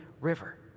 river